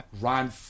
Ron